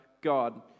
God